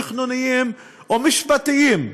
תכנוניים או משפטיים,